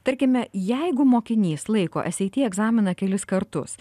tarkime jeigu mokinys laiko es ei ty egzaminą kelis kartus